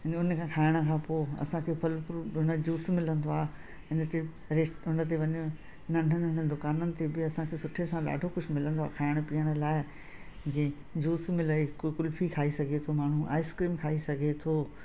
उनखे खाइण खां पोइ असांखे फल फ्रूट उनजो जूस मिलंदो आहे इन ते रेस्ट उन ते वञण नंढनि नंढनि दुकाननि ते बि असांखे सुठे सां ॾाढो कुझु मिलंदो आहे खाइण पीअण आइ जीअं जूस मिले कुल्फी खाई सघे थो माण्हू आइस्क्रीम खाई सघे थो